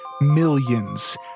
millions